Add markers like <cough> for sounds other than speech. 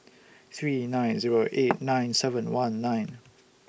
three nine Zero eight <noise> nine seven one nine